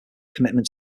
commitment